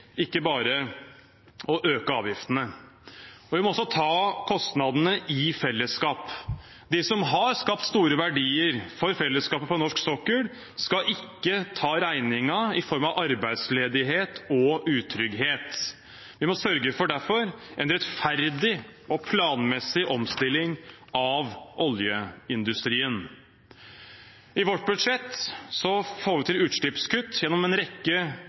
ikke bare øke avgiftene. Vi må også ta kostnadene i fellesskap. De som har skapt store verdier for fellesskapet på norsk sokkel, skal ikke ta regningen i form av arbeidsledighet og utrygghet. Vi må derfor sørge for en rettferdig og planmessig omstilling av oljeindustrien. I vårt budsjett får vi til utslippskutt gjennom en rekke